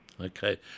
Okay